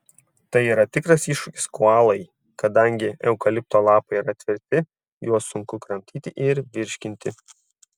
tai yra tikras iššūkis koalai kadangi eukalipto lapai yra tvirti juos sunku kramtyti ir virškinti